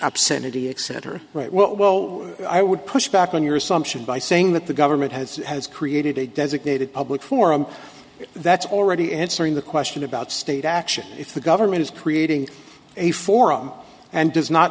obscenity except are right well i would push back on your assumption by saying that the government has has created a designated public forum that's already answering the question about state action if the government is creating a forum and does not